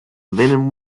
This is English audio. linen